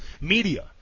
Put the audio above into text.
media